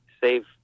save